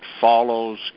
follows